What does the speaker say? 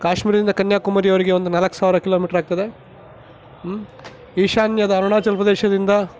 ಕಾಶ್ಮೀರದಿಂದ ಕನ್ಯಾಕುಮಾರಿವರೆಗೆ ಒಂದು ನಾಲ್ಕು ಸಾವಿರ ಕಿಲೋಮೀಟರ್ ಆಗ್ತಿದೆ ಈಶಾನ್ಯದ ಅರುಣಾಚಲ ಪ್ರದೇಶದಿಂದ